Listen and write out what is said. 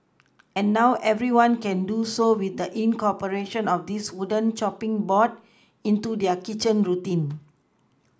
and now everyone can do so with the incorporation of this wooden chopPing board into their kitchen routine